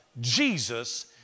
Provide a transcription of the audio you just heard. Jesus